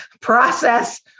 process